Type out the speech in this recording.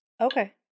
Okay